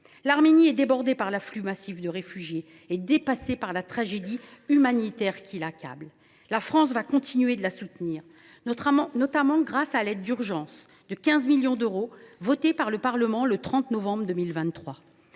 laquelle est débordée par cet afflux massif et dépassée par la tragédie humanitaire qui l’accable. La France va continuer de la soutenir, notamment grâce à l’aide d’urgence de 15 millions d’euros votée par le Parlement le 30 novembre 2023.